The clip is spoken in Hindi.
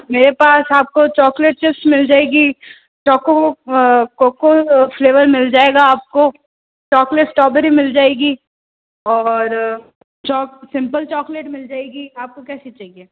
मेरे पास आपको चॉकलेट चिप्स मिल जाएगी चॉको कोको फ्लेवर मिल जाएगा आपको चॉकलेट स्ट्रॉबेरी मिल जाएगी और सिम्पल चॉकलेट मिल जाएगी आपको कैसी चाहिए